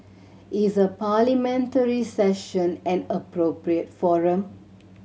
is a Parliamentary Session an appropriate forum